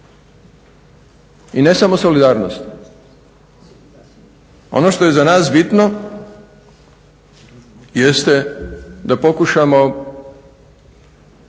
i ne samo solidarnosti. Ono što je za nas bitno jeste da pokušamo